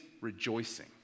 rejoicing